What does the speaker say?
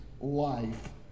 life